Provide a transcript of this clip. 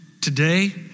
today